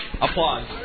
Applause